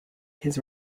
his